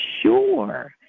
sure